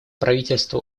правительство